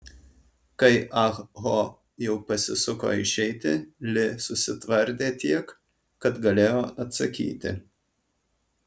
kai ah ho jau pasisuko išeiti li susitvardė tiek kad galėjo atsakyti